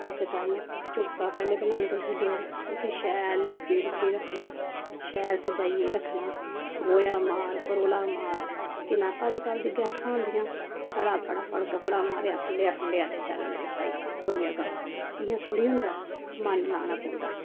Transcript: इस कारण चौका पैहले बनांदे हे लोग उसी शैल लीप्पी लुप्पियै रक्खना शैल सजाइए रक्खना गोहा मार कोला मार केह् ना अज्ज कल्ल ते गैसां हुंदियां छड़ा फटाफट कपड़ा मारेआ फंडेआ फुंडेआ ते चल मेरे भाई होई गेआ कम्म इयां थोह्ड़ी हुंदा मन लाना पौंदा